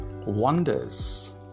wonders